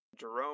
Jerome